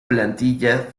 plantilla